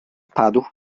padł